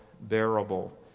bearable